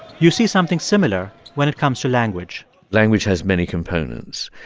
you see something similar when it comes to language language has many components.